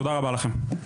תודה רבה לכם.